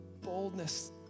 boldness